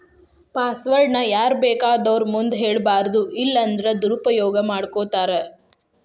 password ನ ಯಾರ್ಬೇಕಾದೊರ್ ಮುಂದ ಹೆಳ್ಬಾರದು ಇಲ್ಲನ್ದ್ರ ದುರುಪಯೊಗ ಮಾಡ್ಕೊತಾರ